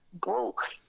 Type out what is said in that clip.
broke